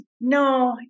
no